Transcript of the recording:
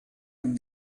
and